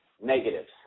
negatives